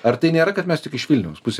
ar tai nėra kad mes tik iš vilniaus pusės